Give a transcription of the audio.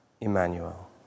Emmanuel